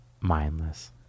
mindless